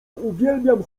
uwielbiam